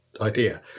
idea